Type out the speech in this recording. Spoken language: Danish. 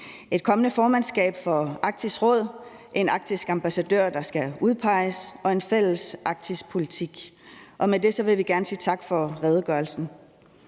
et kommende formandskab for Arktisk Råd, en arktisk ambassadør, der skal udpeges, og en fælles arktisk politik. Og med det vil vi gerne sige tak for redegørelsen.